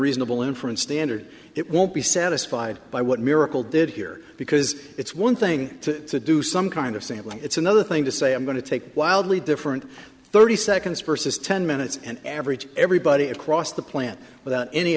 reasonable inference standard it won't be satisfied by what miracle did here because it's one thing to do some kind of sampling it's another thing to say i'm going to take wildly different thirty seconds versus ten minutes and average everybody across the planet without any